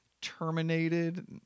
Terminated